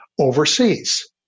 overseas